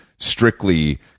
strictly